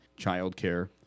childcare